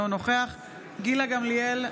אינו נוכח גילה גמליאל,